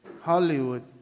Hollywood